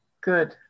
Good